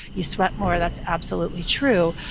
you sweat more. that's absolutely true,